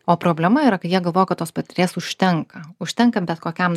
o problema yra kai jie galvoja kad tos patirties užtenka užtenka bet kokiam